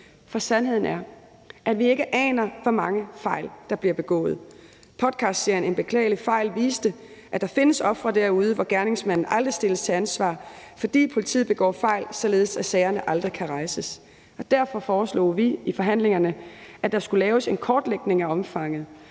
For sandheden er, at vi ikke aner, hvor mange fejl der bliver begået. Podcastserien »En beklagelig fejl« viste, at der findes ofre derude, hvor gerningsmanden aldrig stilles til ansvar, fordi politiet begår fejl, således at sagerne aldrig kan rejses. Derfor foreslog vi i forhandlingerne, at der skulle laves en kortlægning af omfanget